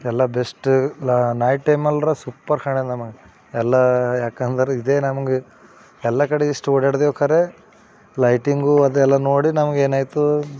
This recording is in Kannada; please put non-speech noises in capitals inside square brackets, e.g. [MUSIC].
ಎಲ್ಲ ಬೆಸ್ಟ ನೈಟ್ ಟೈಮ್ ಎಲ್ಲರ ಸೂಪರ್ [UNINTELLIGIBLE] ನಮಗೆ ಎಲ್ಲ ಯಾಕಂದ್ರೆ ಇದೆ ನಮ್ಗೆ ಎಲ್ಲ ಕಡೆ ಇಷ್ಟು ಓಡಾಡಿದೆವು ಖರೇ ಲೈಟಿಂಗು ಅದೆಲ್ಲ ನೋಡಿ ನಮಗೆ ಏನಾಯಿತು